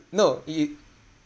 no you